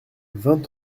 vingt